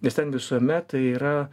nes ten visuomet tai yra